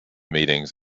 meetings